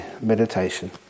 meditation